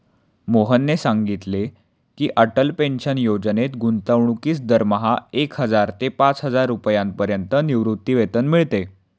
मोहनने सांगितले की, अटल पेन्शन योजनेत गुंतवणूकीस दरमहा एक हजार ते पाचहजार रुपयांपर्यंत निवृत्तीवेतन मिळते